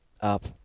up